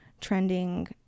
trending